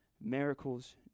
miracles